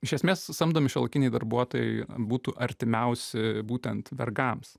iš esmės samdomi šiuolaikiniai darbuotojai būtų artimiausi būtent vergams